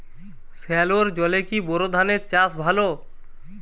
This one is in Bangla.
সেলোর জলে কি বোর ধানের চাষ ভালো?